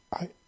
I